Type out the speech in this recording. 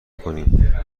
کنیم